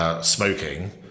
Smoking